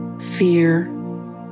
fear